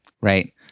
Right